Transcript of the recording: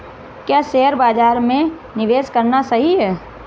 क्या शेयर बाज़ार में निवेश करना सही है?